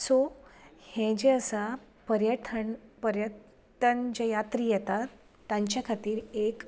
so हें जे आसा पर्यथन पर्यतन जे यात्री येता तांचे खातीर एक